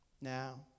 Now